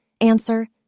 Answer